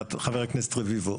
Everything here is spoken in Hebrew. חבר הכנסת רביבו,